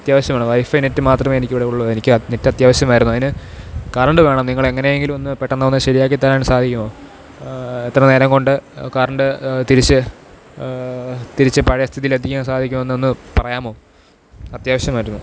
അത്യാവശ്യമാണ് wifi net മാത്രമേ എനിക്കിവിടെ ഉള്ളു എനിക്ക് നെറ്റ് അത്യാവശ്യമായിരുന്നു അതിന് കറണ്ട് വേണം നിങ്ങളെങ്ങനെയെങ്കിലൊന്ന് പെട്ടന്നൊന്ന് ശരിയാക്കിത്തരാൻ സാധിക്കുമോ എത്രനേരംകൊണ്ട് കറണ്ട് തിരിച്ച് തിരിച്ചു പഴയ സ്ഥിതിയിലെത്തിക്കാൻ സാധിക്കുമെന്നൊന്ന് പറയാമോ അത്യാവശ്യമായിരുന്നു